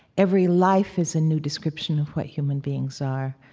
every life is a new description of what human beings are.